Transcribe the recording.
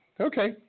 Okay